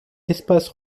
espaces